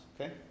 okay